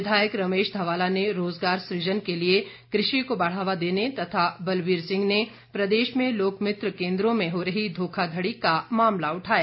विधायक रमेश धवाला ने रोजगार सुजन के लिए कृषि को बढावा देने तथा बलबीर सिंह ने प्रदेश में लोकमित्र केन्द्रों में हो रही धोखाधडी का मामला उठाया